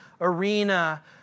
arena